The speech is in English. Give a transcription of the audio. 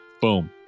Boom